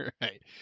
right